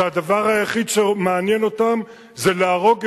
שהדבר היחיד שמעניין אותם זה להרוג אזרחים,